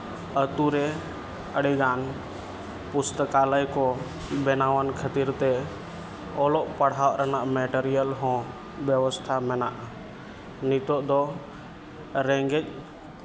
ᱟᱹᱛᱩ ᱨᱮ ᱟᱹᱰᱤᱜᱟᱱ ᱯᱳᱥᱴᱟᱞᱚᱭ ᱠᱚ ᱵᱮᱱᱟᱣᱟᱱ ᱠᱷᱟᱹᱛᱤᱨ ᱛᱮ ᱚᱞᱚᱜ ᱯᱟᱲᱦᱟᱜ ᱨᱮᱱᱟᱜ ᱢᱮᱴᱮᱨᱤᱭᱟᱞ ᱦᱚᱸ ᱢᱮᱱᱟᱜᱼᱟ ᱱᱤᱛᱚᱜ ᱫᱚ ᱨᱮᱸᱜᱮᱡ